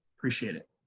appreciate it.